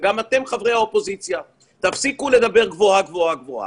ואתם חברי האופוזיציה, תפסיקו לדבר גבוהה גבוהה.